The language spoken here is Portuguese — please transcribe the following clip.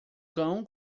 cão